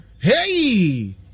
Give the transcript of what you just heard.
Hey